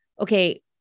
okay